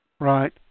Right